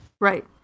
Right